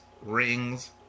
rings